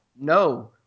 no